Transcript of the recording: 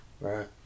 right